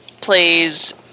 plays